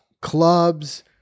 clubs